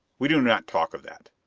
we do not talk of that.